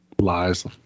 Lies